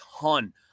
ton